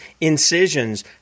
incisions